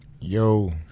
Yo